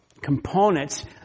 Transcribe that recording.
components